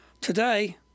today